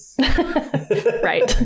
Right